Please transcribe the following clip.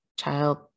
child